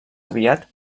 aviat